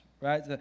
right